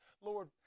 Lord